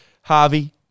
Harvey